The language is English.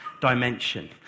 dimension